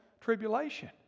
tribulation